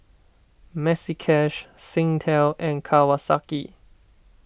Maxi Cash Singtel and Kawasaki